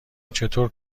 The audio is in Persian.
چطور